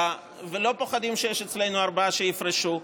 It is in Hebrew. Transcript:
ולא פוחדים שיש אצלנו ארבעה שיפרשו,